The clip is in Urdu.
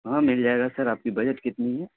ہاں مل جائے گا سر آپ کی بجٹ کتنی ہے